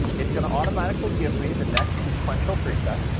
it's going to automatically give me the next sequential preset,